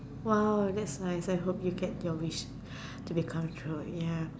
!wow! that's nice I hope you get your wish it becomes true ya